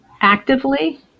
actively